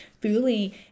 fully